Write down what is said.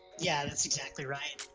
yeah, that's exactly right.